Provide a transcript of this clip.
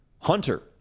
Hunter